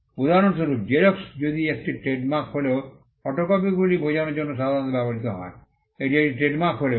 উদাহরণস্বরূপ জেরক্স যদিও এটি ট্রেডমার্ক হলেও ফটোকপিগুলি বোঝার জন্য সাধারণত ব্যবহৃত হয় এটি একটি ট্রেডমার্ক হলেও